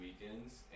weekends